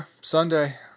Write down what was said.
Sunday